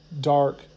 dark